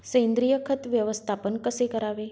सेंद्रिय खत व्यवस्थापन कसे करावे?